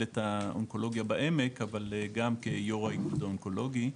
את האונקולוגיה בעמק אבל גם כיו"ר האיגוד אונקולוגי.